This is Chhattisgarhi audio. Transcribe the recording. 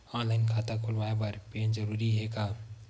ऑनलाइन खाता खुलवाय बर पैन जरूरी हे का?